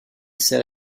sert